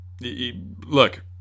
look